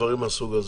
דברים מהסוג הזה.